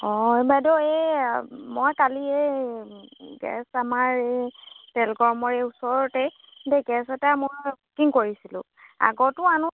অঁ বাইদেউ এই মই কালি এই গেছ আমাৰ এই এই ওচৰতে দেই গেছ এটা মই বুকিং কৰিছিলোঁ আগতো আনো